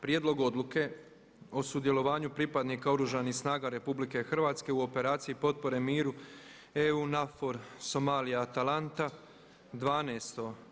Prijedlog Odluke o sudjelovanju pripadnika Oružanih snaga RH u operaciji potpore miru EU NAVFOR Somalija, Atalanta, 12.